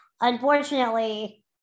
unfortunately